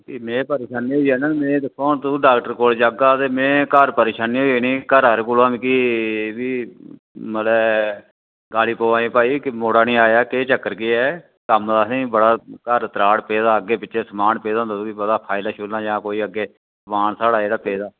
फी में परेशानी होई जाना नी में दिक्खो हां तूं डाक्टर कोल जागा ते मीं घर परेशानी होई जानी घरा दे कोला मिगी मतलब गाली पवा दी भाई मुड़ा नी आया केह् चक्कर केह् ऐ कम्म असें बड़ा घर त्राड़ पेदा अग्गे पिच्छे समान पेदा हुंदा तुगी पता फाइलां शाइलां जां कोई अग्गे समान स्हाड़ा जेह्ड़ा पेदा